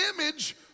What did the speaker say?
image